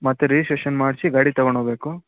ಮತ್ತು ರಿಜಿಸ್ಟ್ರೇಷನ್ ಮಾಡಿಸಿ ಗಾಡಿ ತಗೊಂಡು ಹೋಬೇಕು